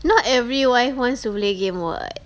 not every wife wants to play game [what]